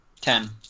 Ten